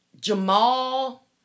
Jamal